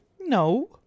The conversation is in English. No